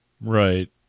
Right